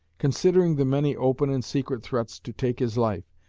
considering the many open and secret threats to take his life,